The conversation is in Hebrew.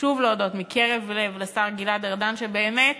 שוב להודות מקרב לב לשר גלעד ארדן, שבאמת,